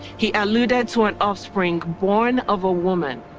he eluded to an offspring born of a woman.